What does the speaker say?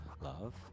Love